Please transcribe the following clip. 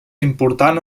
important